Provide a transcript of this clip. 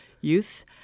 youth